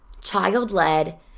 child-led